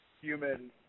human